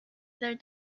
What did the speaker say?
their